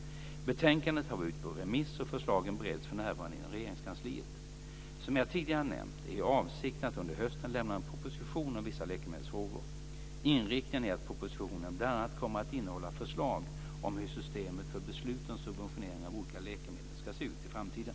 Betänkandet har varit ute på remiss, och förslagen bereds för närvarande inom Regeringskansliet. Som jag tidigare nämnt är avsikten att under hösten lämna en proposition om vissa läkemedelsfrågor. Inriktningen är att propositionen bl.a. kommer att innehålla förslag om hur systemet för beslut om subventionering av olika läkemedel ska se ut i framtiden.